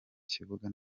kibuga